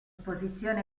posizione